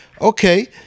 okay